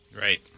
Right